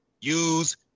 use